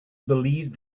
believed